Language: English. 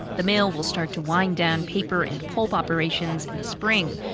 the mill will start to wind down paper and pulp operations in the spring,